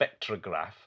spectrograph